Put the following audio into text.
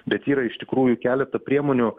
bet yra iš tikrųjų keletą priemonių